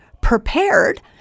prepared